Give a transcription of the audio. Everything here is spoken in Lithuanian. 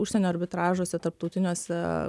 užsienio arbitražuose tarptautiniuose